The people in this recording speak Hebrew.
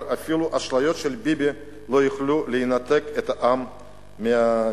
אפילו האשליות של ביבי לא יוכלו לנתק את העם מהמציאות.